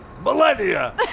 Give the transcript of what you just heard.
millennia